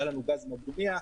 והיא לנו גז מדמיע,